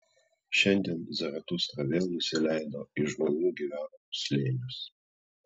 šiandien zaratustra vėl nusileido į žmonių gyvenamus slėnius